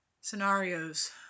scenarios